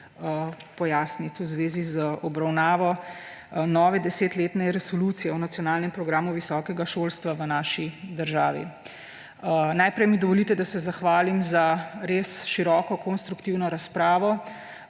pojasniti v zvezi z obravnavo nove desetletne resolucije o nacionalnem programu visokega šolstva v naši državi. Najprej mi dovolite, da se zahvalim za res široko konstruktivno razpravo